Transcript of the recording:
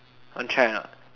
want try or not